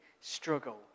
struggle